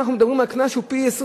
כאן אנחנו מדברים על קנס שהוא פי-27.